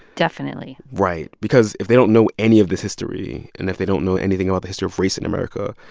definitely. right. because if they don't know any of this history, and if they don't know anything about the history of race in america